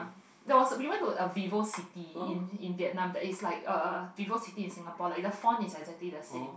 that was we went for a VivoCity in in Vietnam that is like a VivoCity in Singapore like the font is exactly the same